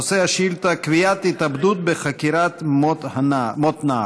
נושא השאילתה: קביעת התאבדות בחקירת מות נער.